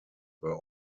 were